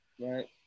Right